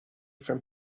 from